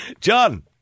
John